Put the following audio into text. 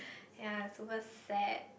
yea super sad